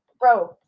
Bro